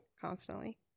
constantly